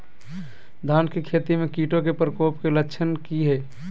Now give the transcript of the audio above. धान की खेती में कीटों के प्रकोप के लक्षण कि हैय?